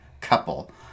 couple